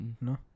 No